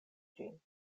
ĝin